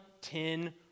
ten